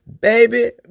Baby